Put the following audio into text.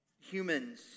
humans